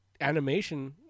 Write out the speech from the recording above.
animation